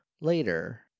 later